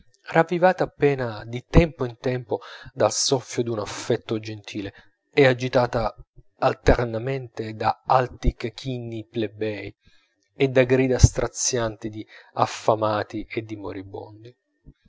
ravvivata appena di tempo in tempo dal soffio d'un affetto gentile e agitata alternatamene da alti cachinni plebei e da grida strazianti di affamati e di